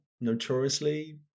notoriously